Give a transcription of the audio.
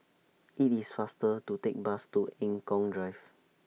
IT IS faster to Take Bus to Eng Kong Drive